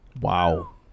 Wow